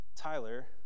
Tyler